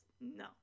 no